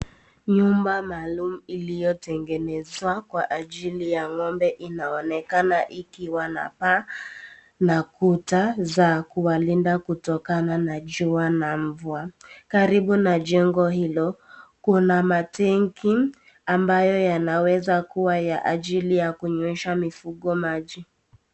Nyumba maalum iliyotengenezwa kwa ajili ya ngombe, inaonekana ikiwa na paa na kuta za kuwalinda kutokana na jua na mvua. Karibu na jengo hilo, kuna [matenki] ambayo yanaweza kua ya ajili ya kunywesha mifugo maji.